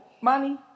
Money